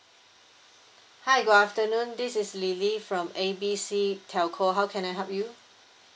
hi good afternoon this is lily from A B C telco how can I help you